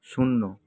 শূন্য